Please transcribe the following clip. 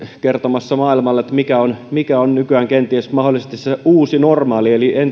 kertomassa maailmalle niin kuin on nykyään kenties mahdollisesti se uusi normaali eli